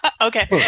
Okay